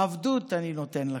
עבדות אני נותן לכם".